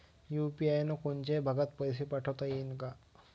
UPI न कोनच्याही भागात पैसे पाठवता येईन का?